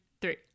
three